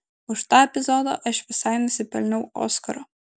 už tą epizodą aš visai nusipelniau oskaro